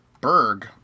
Berg